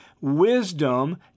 Wisdom